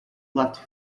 left